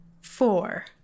Four